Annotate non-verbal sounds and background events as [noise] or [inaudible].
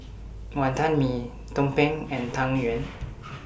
Wonton Mee Tumpeng and [noise] Tang Yuen